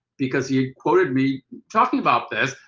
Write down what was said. because he quoted me talking about this.